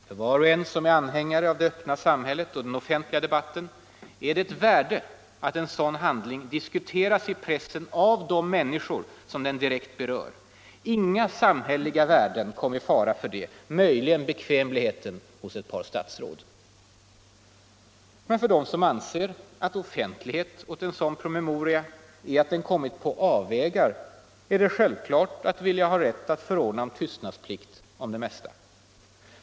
För var och en som är anhängare av det öppna samhället och den offentliga debatten är det ett värde att en sådan handling diskuteras i pressen av de människor som den direkt berör. Inga samhälleliga värden kom i fara för det; möjligen bekvämligheten hos ett par statsråd. Men för dem som anser att offentlighet åt en sådan promemoria innebär att den kommit ”på avvägar” är det självklart att vilja ha rätt att förordna om tystnadsplikt om det mesta.